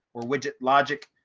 or widget logic.